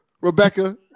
Rebecca